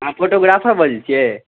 अहाँ फोटोग्राफर बजै छियै